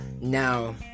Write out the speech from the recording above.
Now